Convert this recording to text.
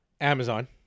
Amazon